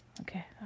Okay